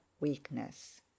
weakness